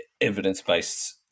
evidence-based